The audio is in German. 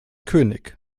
könig